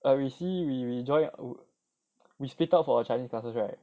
and we see we join we split up for our chinese classes right